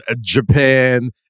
Japan